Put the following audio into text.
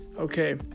okay